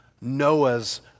Noah's